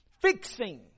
fixing